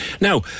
Now